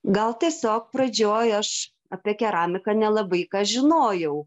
gal tiesiog pradžioj aš apie keramiką nelabai ką žinojau